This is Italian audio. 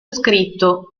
scritto